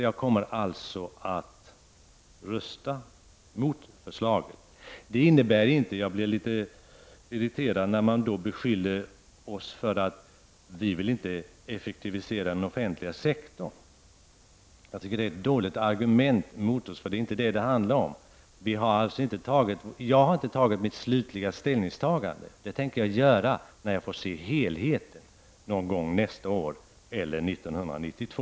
Jag kommer således att rösta emot förslaget. Däremot blir jag litet irriterad när man därigenom beskylls för att inte vilja effektivisera den offentliga sektorn. Jag tycker att det är ett dåligt argument emot oss. Det handlar inte om detta. Jag har inte gjort mitt slutgiltiga ställningstagande. Det tänker jag göra först när jag får se helheten, förhoppningsvis någon gång nästa år eller 1992.